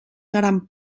seran